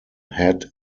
had